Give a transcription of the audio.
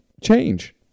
change